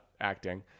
acting